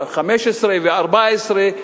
2015 ו-2014,